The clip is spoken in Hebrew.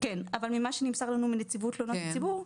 אבל ממה שנמסר לנו מנציבות תלונות הציבור,